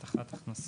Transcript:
או הבטחת הכנסה,